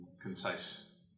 concise